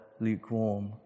lukewarm